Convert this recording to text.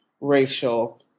racial